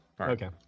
Okay